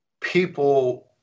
people